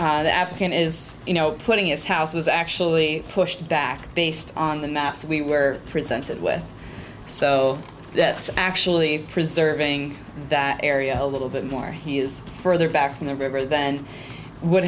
the african is you know putting its house was actually pushed back based on the maps that we were presented with so that it's actually preserving that area a little bit more he is further back from the river then would